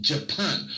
Japan